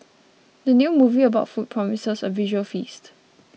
the new movie about food promises a visual feast